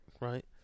right